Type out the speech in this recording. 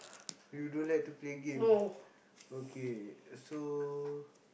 you don't like to play game okay so